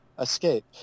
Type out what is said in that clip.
escape